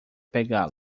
pegá